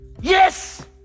Yes